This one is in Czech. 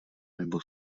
nebo